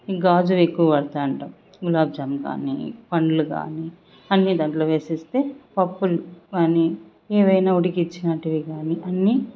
గాజు ఎక్కువ వాడతు వుంటాం గులాబ్జామ్ కానీ పండ్లు కానీ అన్ని దాంట్లో వేసేస్తే పప్పులు కానీ ఏవైనా ఉడికిచ్చినటివి కానీ అన్ని